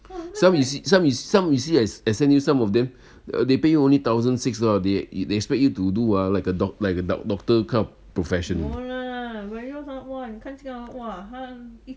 some is some is some you see as I send you some of them they pay only thousand six dollor they expect you to do ah like a doc~ like a doctor kind of profession